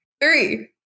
Three